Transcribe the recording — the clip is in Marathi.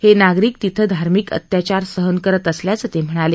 हे नागरिक तिथं धार्मिक अत्याचार सहन करत असल्याचंही ते म्हणाले